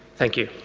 thank you.